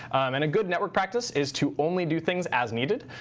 and a good network practice is to only do things as needed,